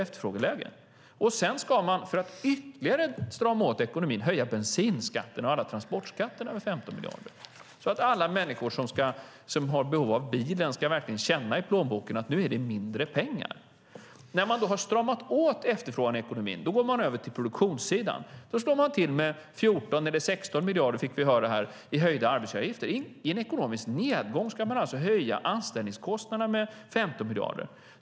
Sedan ska man, för att ytterligare strama åt ekonomin, höja bensinskatten och alla transportskatterna med 15 miljarder så att alla människor som har behov av bilen verkligen ska känna i plånboken att nu finns det mindre pengar. När man så har stramat åt efterfrågan i ekonomin går man över till produktionssidan och slår till med 14 eller 16 miljarder, fick vi höra här, i höjda arbetsgivaravgifter. I en ekonomisk nedgång ska man alltså höja anställningskostnaderna med 15 miljarder.